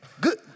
good